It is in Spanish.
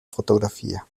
fotografía